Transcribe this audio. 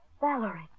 Valerie